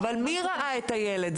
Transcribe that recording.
אבל מי ראה את הילד?